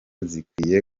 zikwiye